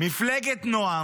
מפלגת נעם